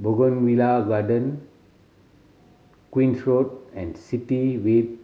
Bougainvillea Garden Queen's Road and City Vibe